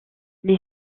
les